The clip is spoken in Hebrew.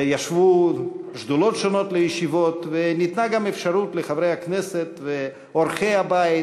ישבו שדולות שונות בישיבות וניתנה גם אפשרות לחברי הכנסת ולאורחי הבית